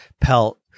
pelt